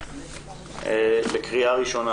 לקריאה ראשונה,